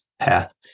path